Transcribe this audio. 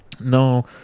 No